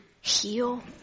heal